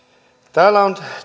täällä on